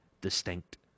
distinct